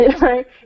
right